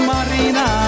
Marina